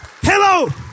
Hello